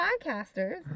podcasters